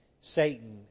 Satan